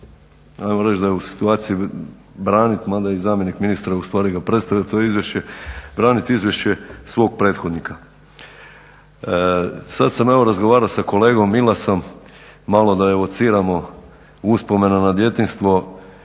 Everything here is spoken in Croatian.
ajmo reći da je u situaciji braniti mada i zamjenik ministra ustvari ga predstavlja to izvješće, braniti izvješće svog prethodnika. Sada sam evo razgovarao sa kolegom Milasom malo da evociramo uspomenu na djetinjstvo,